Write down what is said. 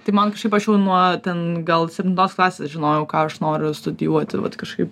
tai man kažkaip aš jau nuo ten gal septintos klasės žinojau ką aš noriu studijuoti vat kažkaip